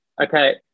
Okay